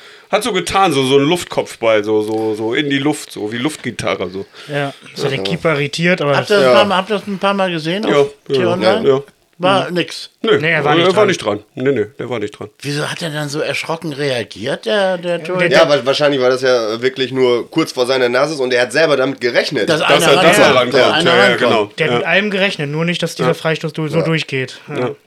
Hat so getan, so- so einen Luftkopfball, so- so- so in die Luft, so wie Luftgitarre, so. Ja. So, der Ja. Keeper irritiert, aber Habt das- ihr das- Ja. hab- habt ihr das ein paar Mal gesehen auf Ja, T-Online? ja, ja. War Mhm. nix? Nee, Nee, er war äh, nicht er war dran. nicht dran. Nee, nee, der war nicht dran. Wieso hat er dann so erschrocken reagiert, der- der Torwart? Ja, der- Ja, wa- wahrscheinlich war das ja, äh, wirklich nur kurz vor seiner Nase und er hat selber damit gerechnet. Dass Dass einer er- dass er rankommt. rankommt. Dass einer Ja, ja, rankommt. genau. Der hat Ja. mit allem gerechnet, nur nicht, dass dieser Ja. Freistoß so Ja. durchgeht. Ja. Ja.